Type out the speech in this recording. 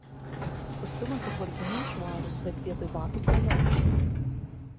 kostiumas ir baltiniai švarūs bet vietoj batų kaliošai